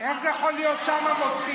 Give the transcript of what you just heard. איך זה יכול להיות ששם מותחים,